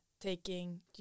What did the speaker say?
taking